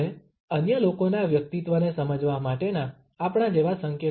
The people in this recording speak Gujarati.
અને અન્ય લોકોના વ્યક્તિત્વને સમજવા માટેના આપણા જેવા સંકેતો